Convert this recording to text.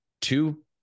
two